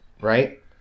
right